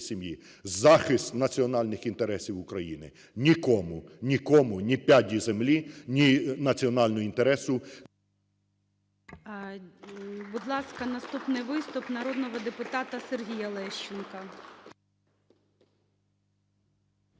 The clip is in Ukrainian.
захист національних інтересів України. Нікому, нікому ні п'яді землі, ні національного інтересу...